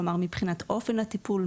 כלומר מבחינת אופן הטיפול,